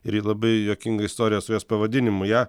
ir ji labai juokinga istorija su jos pavadinimu ją